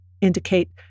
indicate